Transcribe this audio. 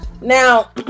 now